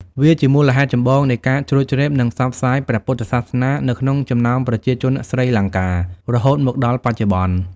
វាជាមូលហេតុចម្បងនៃការជ្រួតជ្រាប និងផ្សព្វផ្សាយព្រះពុទ្ធសាសនានៅក្នុងចំណោមប្រជាជនស្រីលង្កា រហូតមកដល់បច្ចុប្បន្ន។